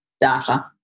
data